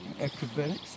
acrobatics